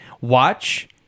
watch